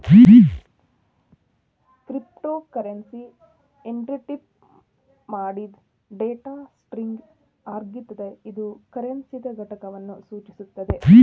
cryptocurrency encrypt ಮಾಡಿದ್ data string ಆಗಿರ್ತದ ಇದು ಕರೆನ್ಸಿದ್ ಘಟಕವನ್ನು ಸೂಚಿಸುತ್ತದೆ